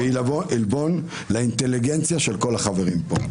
זה עלבון לאינטליגנציה של כל החברים כאן.